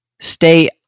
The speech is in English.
Stay